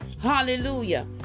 Hallelujah